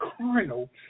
carnal